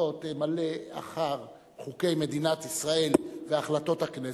לא תמלא אחר חוקי מדינת ישראל והחלטות הכנסת,